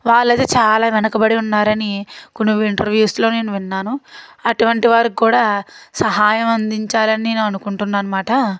వాళ్ళు అది చాలా వెనకబడి ఉన్నారని కొన్ని ఇంటర్వ్యూస్లో నేను విన్నాను అటువంటి వారికి కూడా సహాయం అందించాలని నేను అనుకుంటున్నాను అన్నమాట